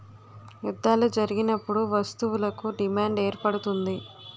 యుద్ధాలు జరిగినప్పుడు వస్తువులకు డిమాండ్ ఏర్పడుతుంది